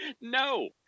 no